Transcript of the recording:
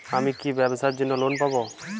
আমি কি ব্যবসার জন্য লোন পাব?